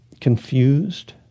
confused